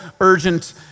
urgent